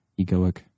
egoic